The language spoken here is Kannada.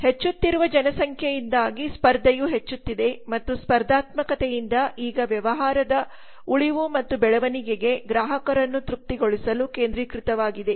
ಹೆಚ್ಚುತ್ತಿರುವ ಜನಸಂಖ್ಯೆಯಿಂದಾಗಿ ಸ್ಪರ್ಧೆಯು ಹೆಚ್ಚುತ್ತಿದೆ ಮತ್ತು ಸ್ಪರ್ಧಾರ್ತ್ಮಕತೆಯಿಂದ ಈಗವ್ಯವಹಾರದ ಉಳಿವು ಮತ್ತು ಬೆಳವಣಿಗೆಗೆ ಗ್ರಾಹಕರನ್ನು ತೃಪ್ತಿಗೊಳಿಸಲು ಕೇಂದ್ರೀಕೃತವಾಗಿದೆ